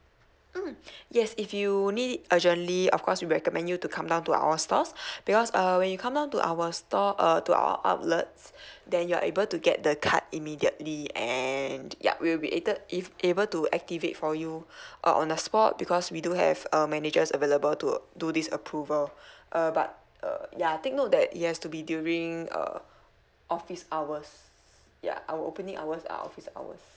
mm yes if you need it urgently of course we recommend you to come down to our stores because uh when you come down to our store err to our outlets then you're able to get the card immediately and yup we'll be able if able to activate for you uh on the spot because we do have uh managers available to do this approval err but uh ya take note that it has to be during uh office hours ya our opening hours are office hours